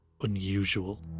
unusual